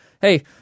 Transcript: hey